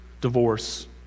Divorce